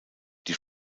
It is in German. die